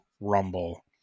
Rumble